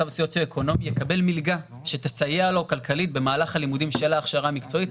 סוציואקונומי יקבל מלגה שתסייע לו כלכלית במהלך הלימודים של ההכשרה המקצועית,